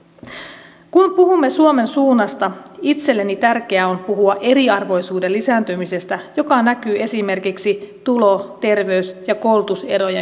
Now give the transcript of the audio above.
kun puhumme suomen suunnasta itselleni tärkeää on puhua eriarvoisuuden lisääntymisestä joka näkyy esimerkiksi tulo terveys ja koulutuserojen kasvuna